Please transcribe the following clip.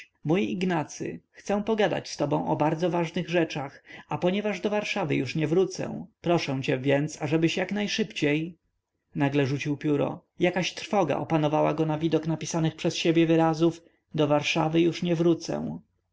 mój ignacy chcę pogadać z tobą o bardzo ważnych rzeczach a ponieważ do warszawy już nie wrócę proszę cię więc ażebyś jak najśpieszniej nagle rzucił pióro jakaś trwoga opanowała go na widok napisanych przez siebie wyrazów do warszawy już nie wrócę